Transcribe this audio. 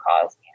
cause